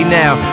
now